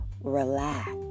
relax